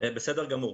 בסדר גמור.